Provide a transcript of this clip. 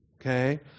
okay